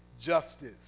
justice